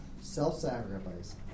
self-sacrifice